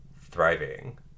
thriving